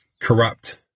corrupt